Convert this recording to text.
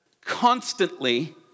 constantly